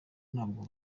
ntabwo